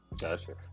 Gotcha